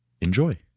enjoy